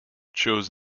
chose